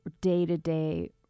day-to-day